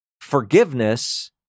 forgiveness